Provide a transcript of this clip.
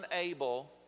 unable